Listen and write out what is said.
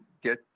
get